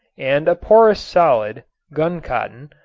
and a porous solid, guncotton,